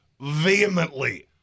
vehemently